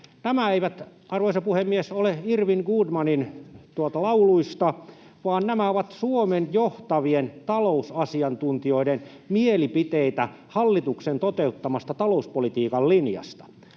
Nämä eivät, arvoisa puhemies, ole Irwin Goodmanin lauluista, vaan nämä ovat Suomen johtavien talousasiantuntijoiden mielipiteitä hallituksen toteuttamasta talouspolitiikan linjasta.